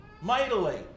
mightily